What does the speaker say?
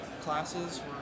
classes